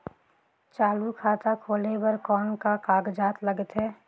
चालू खाता खोले बर कौन का कागजात लगथे?